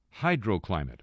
hydroclimate